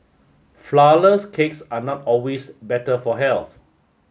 Flourless cakes are not always better for health